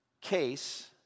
case